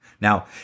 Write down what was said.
Now